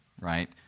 right